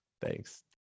thanks